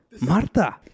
Marta